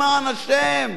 למען השם: